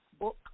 book